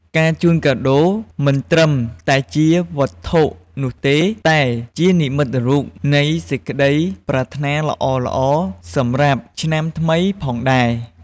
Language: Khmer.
ការជូនកាដូរមិនត្រឹមតែជាវត្ថុនោះទេ តែជានិមិត្តរូបនៃសេចក្តីប្រាថ្នាល្អៗសម្រាប់ឆ្នាំថ្មីផងដែរ។